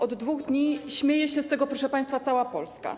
Od 2 dni śmieje się z tego, proszę państwa, cała Polska.